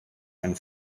and